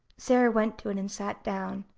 sara went to it and sat down.